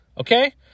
okay